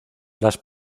las